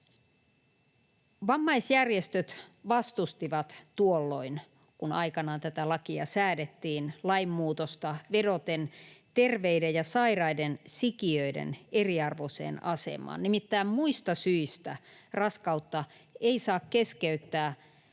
Vammaisjärjestöt vastustivat lainmuutosta tuolloin, kun aikanaan tätä lakia säädettiin, vedoten terveiden ja sairaiden sikiöiden eriarvoiseen asemaan — nimittäin muista syistä raskautta ei saa keskeyttää